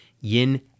yin